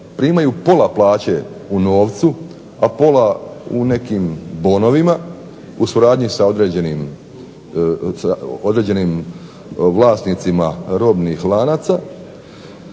primaju pola plaće u novcu, a pola u nekim bonovima u suradnji s određenim vlasnicima robnih lanaca